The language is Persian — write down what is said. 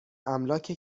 املاک